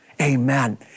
Amen